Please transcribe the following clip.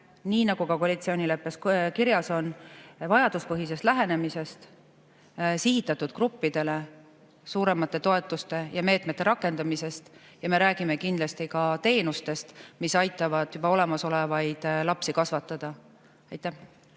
nii nagu ka koalitsioonileppes kirjas on, vajaduspõhisest lähenemisest, sihitatud gruppidele suuremate toetuste ja meetmete rakendamisest ja me räägime kindlasti ka teenustest, mis aitavad juba olemasolevaid lapsi kasvatada. Suur